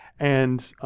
and